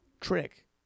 trick